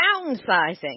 downsizing